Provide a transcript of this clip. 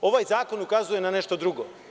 Ovaj zakon ukazuje na nešto drugo.